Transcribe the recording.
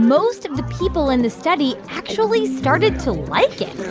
most of the people in the study actually started to like it.